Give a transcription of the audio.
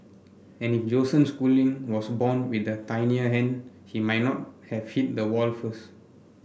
and if Joseph Schooling was born with a tinier hand he might not have hit the wall first